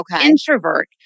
introvert